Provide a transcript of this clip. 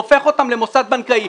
הופך אותם למוסד בנקאי.